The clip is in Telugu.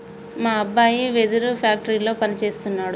మా అబ్బాయి వెదురు ఫ్యాక్టరీలో పని సేస్తున్నాడు